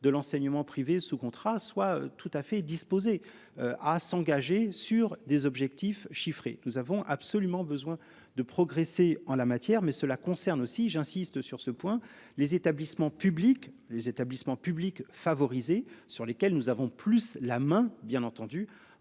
de l'enseignement privé sous contrat soit tout à fait disposé à s'engager sur des objectifs chiffrés. Nous avons absolument besoin de progresser en la matière mais cela concerne aussi, j'insiste sur ce point les établissements publics, les établissements publics favoriser sur lesquels nous avons plus la main. Bien entendu,